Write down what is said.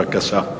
בבקשה.